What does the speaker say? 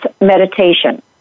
meditation